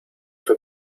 fue